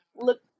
look